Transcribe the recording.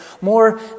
more